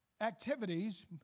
activities